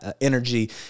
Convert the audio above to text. energy